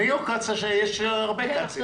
אני גם כץ, יש הרבה כצים.